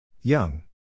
Young